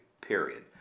period